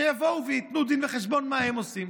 שיבואו וייתנו דין וחשבון מה הם עושים.